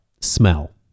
smell